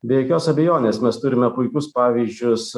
be jokios abejonės mes turime puikius pavyzdžius